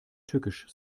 tückisch